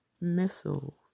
missiles